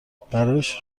براش